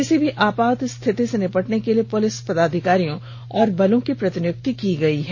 किसी भी आपात स्थिति से निपटने के लिए पुलिस पदाधिकारियों और बलों की प्रतिनियुक्ति की गयी है